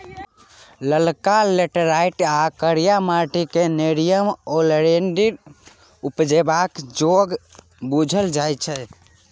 ललका लेटैराइट या करिया माटि क़ेँ नेरियम ओलिएंडर उपजेबाक जोग बुझल जाइ छै